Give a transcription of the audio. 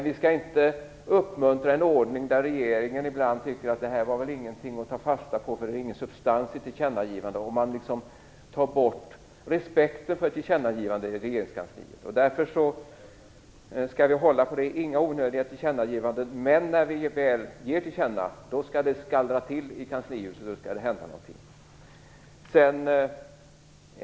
Vi skall inte uppmuntra en ordning där regeringen kan tycka att tillkännagivandet inte är någonting att ta fasta på, att det inte är någon substans i tillkännagivanden och man tar bort respekten för tillkännagivanden i regeringskansliet. Därför skall vi inte göra några onödiga tillkännagivanden, men när vi väl ger till känna skall det skallra till i kanslihuset, och då skall det hända någonting.